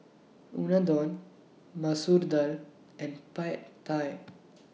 Unadon Masoor Dal and Pad Thai